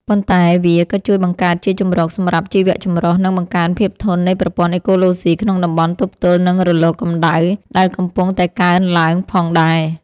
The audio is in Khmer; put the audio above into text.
ប៉ុន្តែវាក៏ជួយបង្កើតជាជម្រកសម្រាប់ជីវចម្រុះ និងបង្កើនភាពធន់នៃប្រព័ន្ធអេកូឡូស៊ីក្នុងតំបន់ទប់ទល់នឹងរលកកម្ដៅដែលកំពុងតែកើនឡើងផងដែរ។